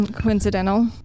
coincidental